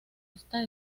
está